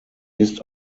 ist